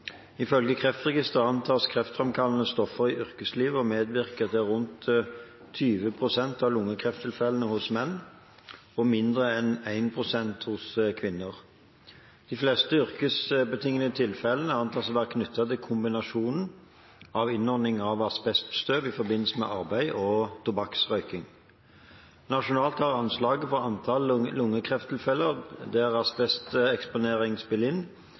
Ifølge Kreftregisteret antas kreftframkallende stoffer i yrkeslivet å medvirke til rundt 20 pst. av lungekrefttilfellene hos menn og mindre enn 1 pst. hos kvinner. De fleste yrkesbetingede tilfellene antas å være knyttet til kombinasjonen av innånding av asbeststøv i forbindelse med arbeid og tobakksrøyking. Nasjonalt har anslagene for antall lungekrefttilfeller der asbesteksponering spiller inn,